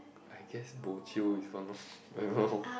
I guess bo jio is one of I don't know